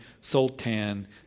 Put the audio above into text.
sultan